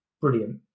brilliant